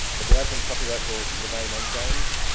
but do i think copyright will remain unchanged?